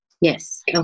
Yes